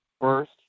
first